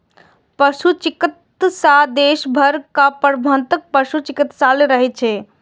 पशु चिकित्सा देखभाल आ प्रबंधन पशु चिकित्सक करै छै